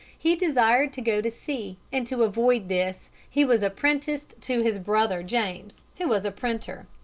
he desired to go to sea, and to avoid this he was apprenticed to his brother james, who was a printer.